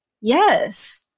Yes